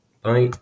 bye